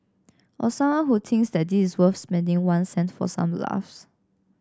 or someone who thinks that this worth spending one cent for some laughs